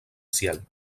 ciel